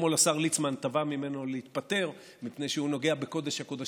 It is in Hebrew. אתמול השר ליצמן תבע ממנו להתפטר מפני שהוא נוגע בקודש-הקודשים,